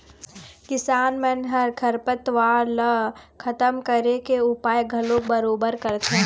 किसान मन ह खरपतवार ल खतम करे के उपाय घलोक बरोबर करथे